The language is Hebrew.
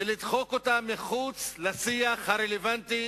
ולדחוק אותה אל מחוץ לשיח הרלוונטי